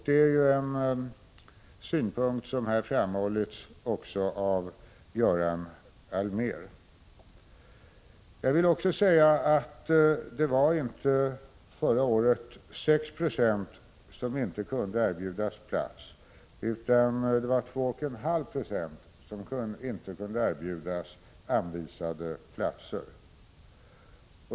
Det är en synpunkt som här framhållits också av Göran Allmér. Jag vill även säga att det förra året inte var 6 96 utan 2,5 70 som inte kunde erbjudas plats.